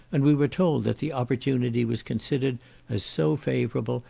and we were told that the opportunity was considered as so favourable,